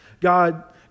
God